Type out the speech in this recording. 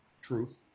truth